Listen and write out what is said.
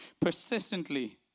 persistently